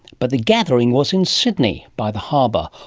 but the gathering was in sydney, by the harbour,